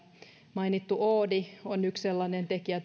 mainittu oodi on toki yksi sellainen tekijä